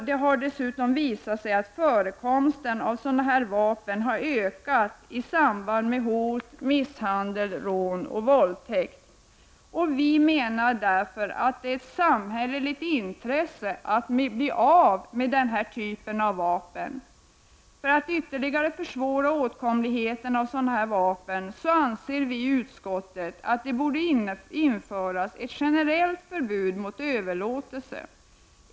Det har dessutom visat sig att förekomsten av sådana här vapen i samband med hot, misshandel, rån och våldtäkt har ökat. Vi menar därför att det är ett samhälleligt intresse att bli av med denna typ av vapen. För att ytterligare försvåra åtkomligheten av sådana vapen anser vi i utskottet att det borde införas ett generellt förbud mot överlåtelse.